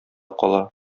кала